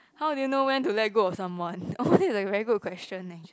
how do you know when do let go of someone oh this is a very good question actually